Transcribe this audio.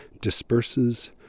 disperses